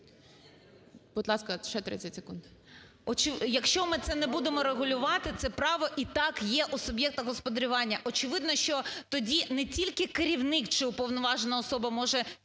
Будь ласка, ще 30 секунд. ПТАШНИК В.Ю. Якщо ми це не будемо регулювати, це право і так є у суб'єкта господарювання. Очевидно, що тоді не тільки керівник чи уповноважена особа може